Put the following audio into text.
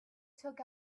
took